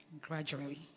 Gradually